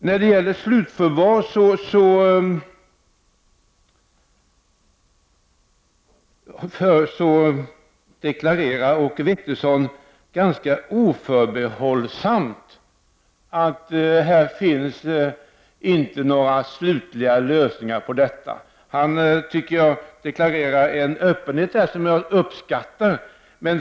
Beträffande slutförvaret deklarerar Åke Wictorsson ganska oförbehållsamt att det inte finns några slutliga lösningar. Han deklarerar här en öppenhet som jag uppskattar.